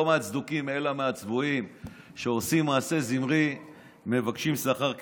מהצדוקים אלא מהצבועים שעושים מעשה זמרי ומבקשים שכר כפינחס.